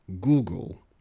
Google